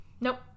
Nope